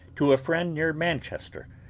to a friend near manchester,